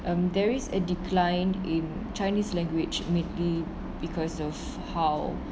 um there is a decline in chinese language mainly because of how